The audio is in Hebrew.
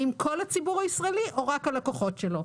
האם כל הציבור הישראלי או רק הלקוחות שלו.